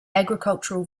agricultural